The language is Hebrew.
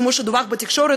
כמו שדווח בתקשורת,